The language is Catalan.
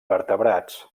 vertebrats